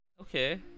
okay